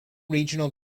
regional